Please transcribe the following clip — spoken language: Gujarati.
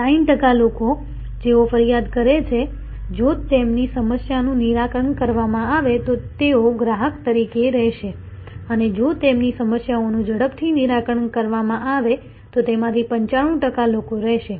60 ટકા લોકો જેઓ ફરિયાદ કરે છે જો તેમની સમસ્યાનું નિરાકરણ કરવામાં આવે તો તેઓ ગ્રાહક તરીકે રહેશે અને જો તેમની સમસ્યાઓનું ઝડપથી નિરાકરણ કરવામાં આવે તો તેમાંથી 95 ટકા લોકો રહેશે